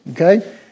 Okay